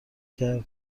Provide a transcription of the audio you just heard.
کرد